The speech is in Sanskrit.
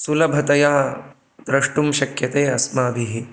सुलभतया दृष्टुं शक्यते अस्माभिः